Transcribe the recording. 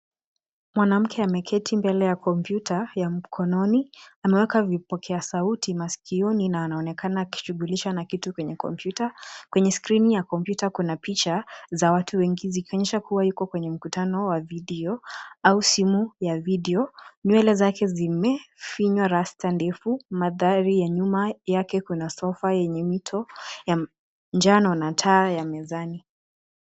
Mwanamke ameketi mbele ya kompyuta ye mkononi, ameweka vipokea sauti masikioni na anonekana akijishughulisha na kitu kwenye kompyuta. Kwenye skrini ya kompyuta kuna picha za watu wengi zikionyesha kuwa yuko kwenye mkutano wa video au simu ya video. Nywele zake zimefinywa rasta ndefu. Mandhari ya nyuma yake kuna sofa yenye mito ya njano na taa ya mezani.